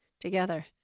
together